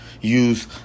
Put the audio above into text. Use